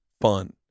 fun